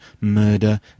murder